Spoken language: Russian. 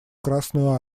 красную